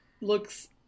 looks